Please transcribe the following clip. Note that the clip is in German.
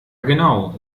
genau